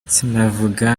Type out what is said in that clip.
sinavuga